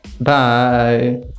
bye